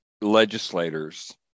legislators